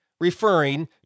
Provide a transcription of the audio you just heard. referring